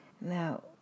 now